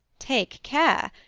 take care.